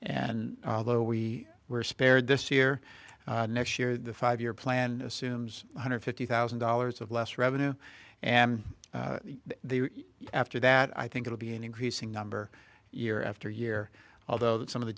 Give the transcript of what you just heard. and though we were spared this year next year the five year plan assumes one hundred fifty thousand dollars of less revenue and after that i think it'll be an increasing number year after year although some of the